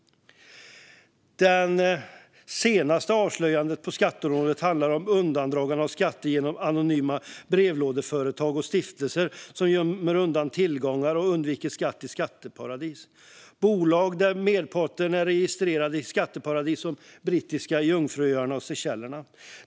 Det senaste avslöjandet på skatteområdet handlar om undandragande av skatter genom anonyma brevlådeföretag och stiftelser som gömmer undan tillgångar i skatteparadis och undviker skatt. Det är bolag där merparten är registrerade i skatteparadis som Brittiska Jungfruöarna och Seychellerna.